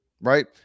Right